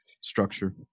structure